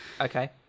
Okay